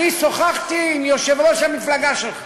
שוחחתי עם יושב-ראש המפלגה שלך